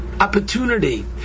Opportunity